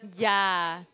ya